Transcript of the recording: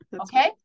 Okay